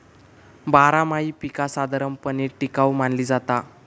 बारमाही पीका साधारणपणे टिकाऊ मानली जाता